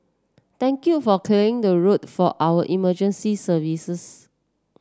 thank you for clearing the road for our emergency services